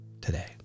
today